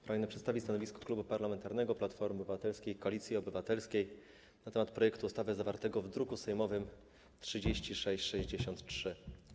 Pragnę przedstawić stanowisko Klubu Parlamentarnego Platforma Obywatelska - Koalicja Obywatelska na temat projektu ustawy zawartego w druku sejmowym nr 3663.